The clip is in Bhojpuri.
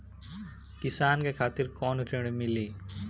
किसान के खातिर कौन ऋण मिली?